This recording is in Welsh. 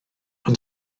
ond